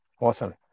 Awesome